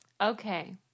Okay